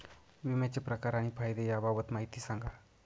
विम्याचे प्रकार आणि फायदे याबाबत माहिती सांगा